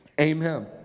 amen